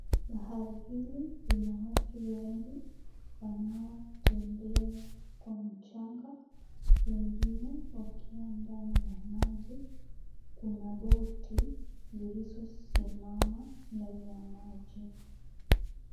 Bahari hili ina watu wengi wanaotembea kwa mchanga wengine wakiwa ndani ya maji. Kuna boti lililosimama ndani ya maji.